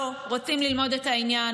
לא, רוצים ללמוד את העניין.